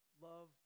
love